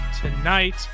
tonight